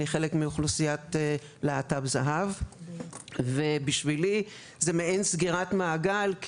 אני חלק מאוכלוסיית להט"ב בגיל הזהב ובשבילי זה מעין סגירת מעגל,